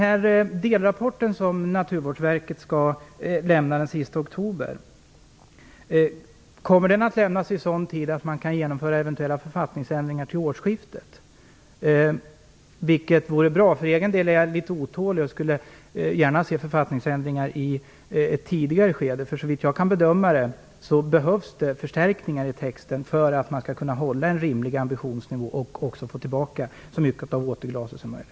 Kommer den delrapport som Naturvårdsverket skall lämna den 31 oktober att lämnas i sådan tid att man kan genomföra eventuella författningsändringar till årsskiftet, vilket vore bra? För egen del är jag litet otålig och skulle gärna se författningsändringar i ett tidigare skede. Såvitt jag kan bedöma behövs det förstärkningar i texten för att man skall kunna hålla en rimlig ambitionsnivå och också få tillbaka så mycket av återvinningsglaset som möjligt.